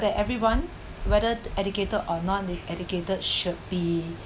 that everyone whether educated or not educated should be